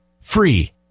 Free